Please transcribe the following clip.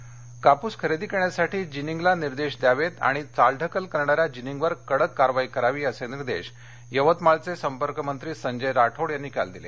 यवतमाळ कापूस खरेदी करण्यासाठी जिनिंगला निर्देश द्यावेत आणि चालढकल करणाऱ्या जिनिंगवर कडक कारवाई करावी असे निर्देश यवतमाळवे संपर्कमंत्री संजय राठोड यांनी काल दिले